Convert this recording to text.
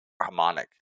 harmonic